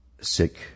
sick